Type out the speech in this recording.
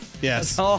Yes